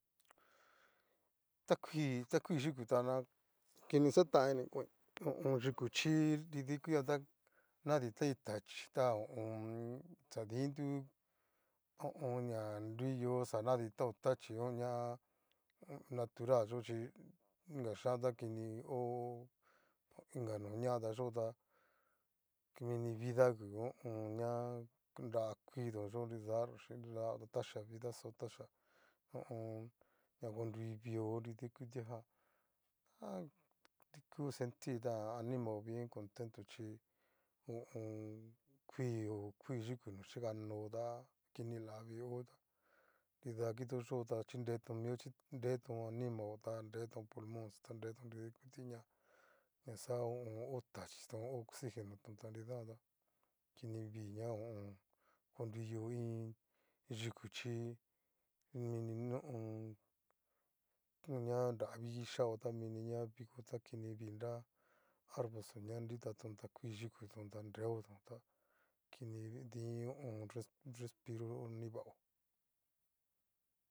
Ta kui ta kuiyuko tana kini xatanini koin ho o on. yuku chí nrida ikutia janta naditai tachi ta ho o on. xadintu ho o on. ña nruiyo, xanaditao tachio ñaaa natural yochi inga xhian ta kini ho inga noña tayota mini vida ngu ho o on. ña nrá kuito yo nridayo nridayo tachia vidaxo tachia ho o on. ña orui vio nrida ikutiajan ha kutan sentir animao bien contento chí ho o on. kuio kui yuku no xhikano ta kinilaviho ta nrida kitoyo ta xhinreto mio xhiretón animao ta nreton pulmonxó ta reton nida ikutiña ña xa o tachiton ho oxigenoton ta nridajanta kini vii ña ho o on. nruyó iin yuku chí mini ho o on. ña naravi kixao mini ña viko ta kinivii nra arbolxo ña nritatón ta kui yukuton ta nreoton ta kini di ho o on. res respiro nrivao.